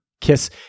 Kiss